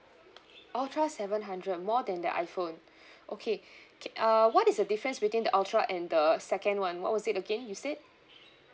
ultra seven hundred more than the iphone okay okay uh what is the difference between the ultra and the second [one] what was it again you said